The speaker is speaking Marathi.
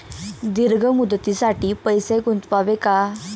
दीर्घ मुदतीसाठी पैसे गुंतवावे का?